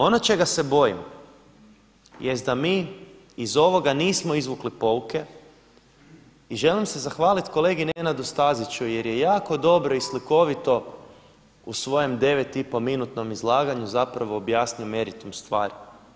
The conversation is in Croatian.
Ono čega se bojim jest da mi iz ovoga nismo izvukli pouke i želim se zahvaliti kolegi Nenadu Staziću jer je jako dobro i slikovito u svojem 9,5 minutnom izlaganju zapravo objasnio meritum stvari.